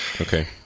Okay